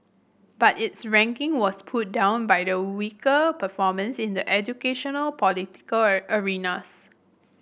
but its ranking was pulled down by the weaker performance in the educational political a arenas